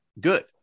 good